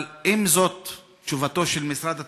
אבל אם זאת תשובתו של משרד התחבורה,